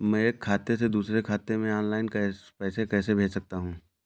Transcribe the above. मैं एक खाते से दूसरे खाते में ऑनलाइन पैसे कैसे भेज सकता हूँ?